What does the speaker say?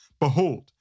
Behold